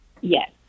Yes